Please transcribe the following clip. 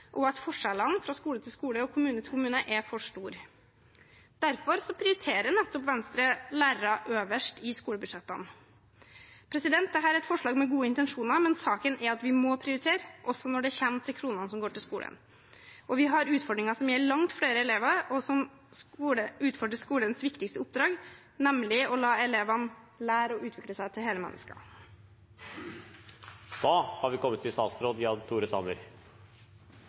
og at forskjellene fra skole til skole og fra kommune til kommune er for store. Derfor prioriterer Venstre lærere øverst i skolebudsjettene. Dette er et forslag med gode intensjoner, men saken er at vi må prioritere, også når det gjelder kronene som går til skolen. Vi har utfordringer som gjelder langt flere elever, og som utfordrer skolens viktigste oppdrag, nemlig å la elevene lære og utvikle seg til hele mennesker.